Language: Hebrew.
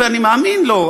ואני מאמין לו.